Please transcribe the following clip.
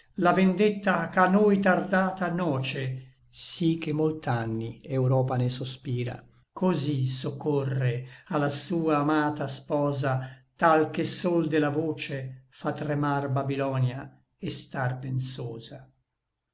la vendetta ch'a noi tardata nòce sí che molt'anni europa ne sospira cosí soccorre a la sua amata sposa tal che sol de la voce fa tremar babilonia et star pensosa